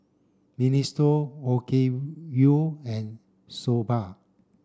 Minestrone Okayu and Soba